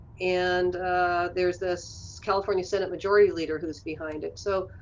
and there's this california senate majority leader who's behind it so